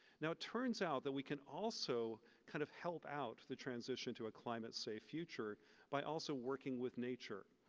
now it turns out that we can also kind of help out the transition to a climate safe future by also working with nature.